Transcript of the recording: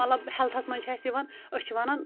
مطلَب ہیلتَھس منٛز چھِ اسہِ یِوان أسۍ چھ وَنان